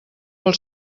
vol